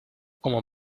como